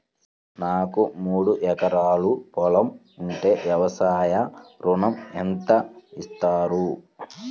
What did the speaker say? నాకు మూడు ఎకరాలు పొలం ఉంటే వ్యవసాయ ఋణం ఎంత ఇస్తారు?